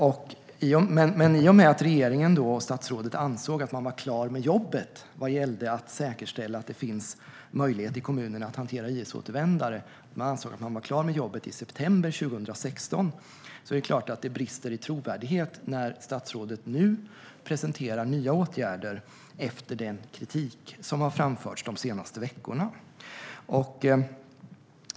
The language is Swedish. Men i och med att regeringen och statsrådet ansåg att man var klar med jobbet i september 2016 vad gällde att säkerställa att det finns möjlighet i kommunerna att hantera IS-återvändare, är det klart att det brister i trovärdighet när statsrådet nu presenterar nya åtgärder efter den kritik som har framförts de senaste veckorna.